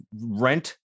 rent